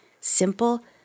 Simple